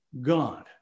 God